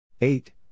eight